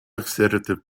oxidative